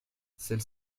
celle